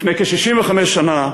לפני כ-65 שנה,